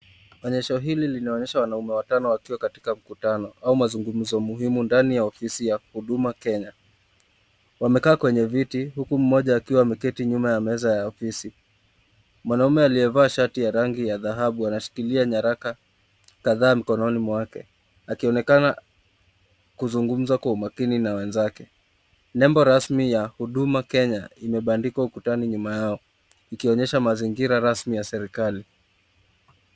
Onyesho hili linaonyesha wanaume watano wakiwa katika mkutano au mazungumzo muhimu ndani ya ofisi ya Huduma Kenya. Wamekaa kwenye viti, huku mmoja akiwa ameketi nyuma ya meza ya ofisi. Mwanaume aliyevaa shati ya rangi ya dhahabu anashikilia nyaraka kadhaa mikononi mwake, akionekana kuzungumza kwa umakini na wenzake. Nembo rasmi ya Huduma Kenya imebandikwa ukutani nyuma yao, ikionyesha mazingira rasmi ya serikali.